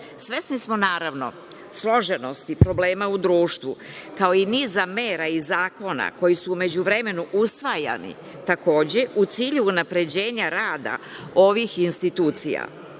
Svesni smo, naravno, složenosti problema u društvu, kao i niza mera i zakona koji su u međuvremenu usvajani, takođe, u cilju unapređenja rada ovih institucija